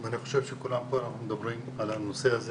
ואני חושב שכולם פה מדברים על הנושא הזה